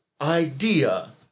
idea